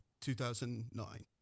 2009